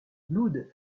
blood